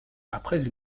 après